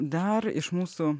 dar iš mūsų